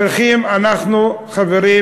אנחנו צריכים, חברים,